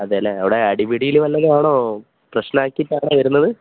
അതേ അല്ലേ അവിടെ അടിപിടിയിൽ വല്ലതും ആണോ പ്രശ്നമാക്കിയിട്ടാണോ വരുന്നത്